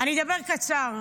אני אדבר קצר.